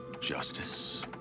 Justice